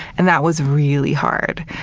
and that was really hard,